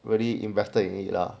really invested in it lah